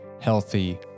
healthy